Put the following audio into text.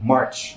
March